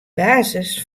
basis